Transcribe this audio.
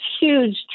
huge